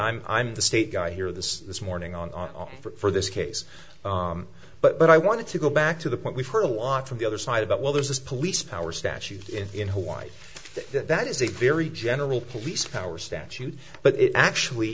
i'm i'm the state guy here this this morning on for this case but i want to go back to the point we've heard a lot from the other side about well there's this police power statute in hawaii that is a very general police powers statute but it actually